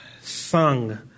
sung